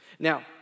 Now